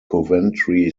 coventry